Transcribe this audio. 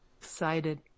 Excited